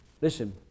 Listen